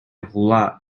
хула